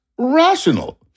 Rational